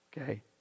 okay